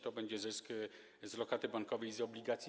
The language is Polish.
To będzie zysk z lokaty bankowej i z obligacji.